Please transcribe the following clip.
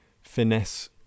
finesse